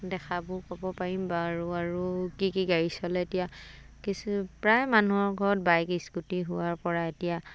দেখাব ক'ব পাৰিম বাৰু আৰু কি কি গাড়ী চলে এতিয়া কিছু প্ৰায় মানুহৰ ঘৰত বাইক স্কুটি হোৱাৰ পৰা এতিয়া